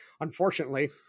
unfortunately